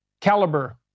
caliber